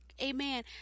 Amen